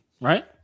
Right